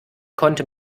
konnte